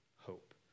hope